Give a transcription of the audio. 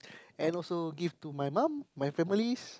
and also give to my mum my families